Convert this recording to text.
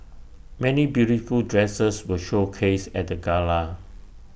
many beautiful dresses were showcased at the gala